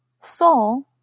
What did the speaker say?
soul